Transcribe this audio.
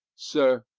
sir,